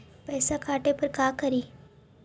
पैसा काटे पर का करि?